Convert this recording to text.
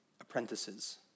apprentices